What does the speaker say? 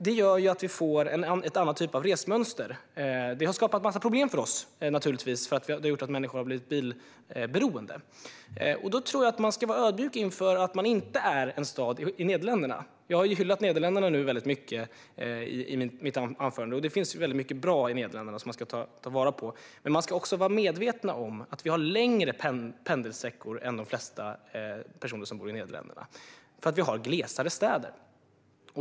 Det gör att vi får en annan typ av resmönster, vilket skapar en massa problem för oss, eftersom det gör att människor blir bilberoende. Jag tror att man ska vara ödmjuk inför att våra städer inte är som städerna i Nederländerna. Jag har ju hyllat Nederländerna mycket i mitt anförande, och det finns mycket bra i Nederländerna att ta vara på. Men man ska också vara medveten om att vi har längre pendlingssträckor än de flesta personer som bor i Nederländerna för att vi har glesare städer.